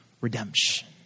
redemption